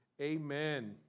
Amen